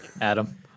Adam